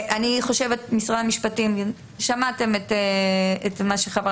שמעתם את מה שחברת הכנסת ברק אומרת פה.